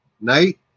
night